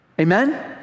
Amen